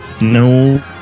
No